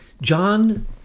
John